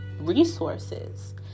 resources